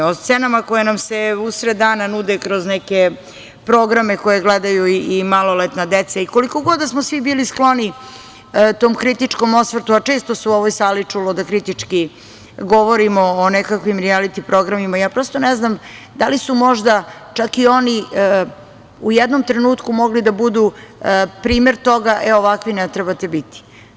O scenama koje nam se usred dana nude kroz neke programe koje gledaju i maloletna deca i koliko god da smo svi bili skloni tom kritičkom osvrtu, a često se u ovoj sali čulo deiktički govorimo o nekakvim rijalitim programima, ja prosto ne znam da li su možda čak i oni u jednom trenutku mogli da budu primer toga – ovakvi ne trebate biti.